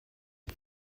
and